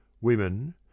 Women